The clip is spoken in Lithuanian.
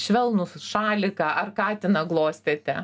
švelnų šaliką ar katiną glostėte